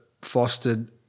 fostered